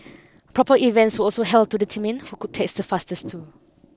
proper events were also held to determine who could text the fastest too